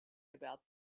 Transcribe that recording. about